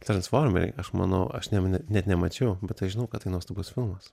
transformeriai aš manau aš net nemačiau bet aš žinau kad tai nuostabus filmas